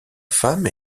femme